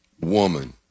woman